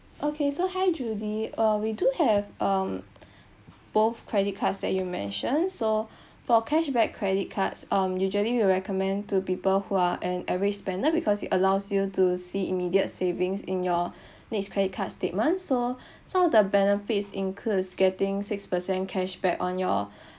okay so hi judy uh we do have um both credit cards that you mentioned so for cashback credit cards um usually we recommend to people who are an average spender because it allows you to see immediate savings in your next credit card statement so some of the benefits includes getting six percent cashback on your